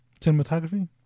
cinematography